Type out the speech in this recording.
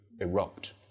erupt